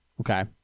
Okay